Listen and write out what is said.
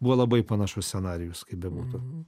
buvo labai panašus scenarijus kaip bebūtų